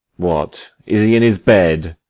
what, is he in his bed?